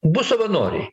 bus savanoriai